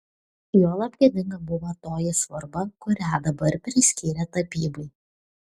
juolab gėdinga buvo toji svarba kurią dabar priskyrė tapybai